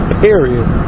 period